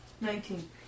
Nineteen